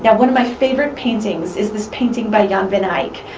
yeah one of my favorite paintings is this painting by jan van eyck.